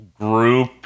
group